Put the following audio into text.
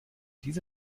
diese